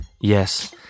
Yes